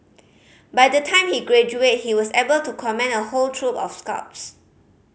by the time he graduated he was able to command a whole troop of scouts